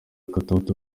katauti